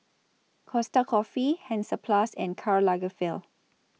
Costa Coffee Hansaplast and Karl Lagerfeld